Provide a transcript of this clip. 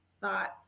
thoughts